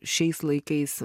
šiais laikais